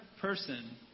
person